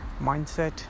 mindset